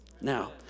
Now